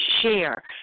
share